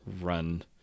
run